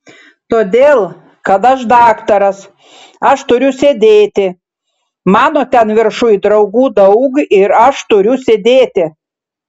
todėl kad aš daktaras aš turiu sėdėti mano ten viršuj draugų daug ir aš turiu sėdėti